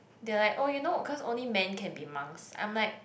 they like oh you know cause only man can be monks I'm like